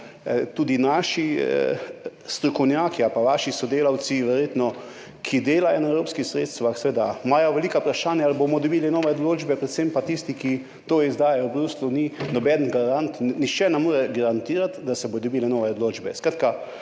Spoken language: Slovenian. tudi naši strokovnjaki ali vaši sodelavci, ki delajo na evropskih sredstvih, imajo verjetno velika vprašanja, ali bomo dobili nove odločbe, predvsem pa tisti, ki to izdaja v Bruslju, ni noben garant, nihče ne more garantirati, da se bodo dobile nove odločbe.